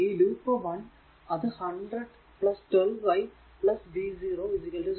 ഈ ലൂപ്പ് 1 അത് 100 12 i v0 0